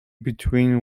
between